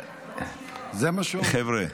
חבר'ה,